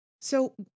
So-